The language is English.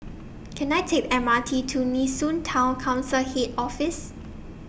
Can I Take The M R T to Nee Soon Town Council Head Office